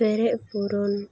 ᱯᱮᱨᱮᱡ ᱯᱩᱨᱚᱱ